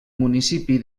municipi